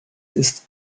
ist